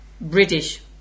British